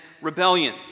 rebellion